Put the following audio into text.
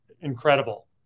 incredible